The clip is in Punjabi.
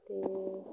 ਅਤੇ